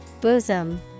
Bosom